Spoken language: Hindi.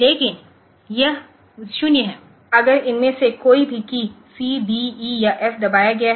लेकिन यह 0 है अगर इनमें से कोई भी कीय C D E या F दबाया गया है